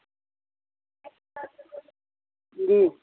अंजी